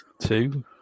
two